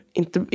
inte